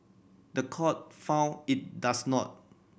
the court found it does not